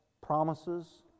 promises